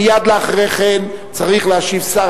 מייד אחרי כן צריך להשיב שר,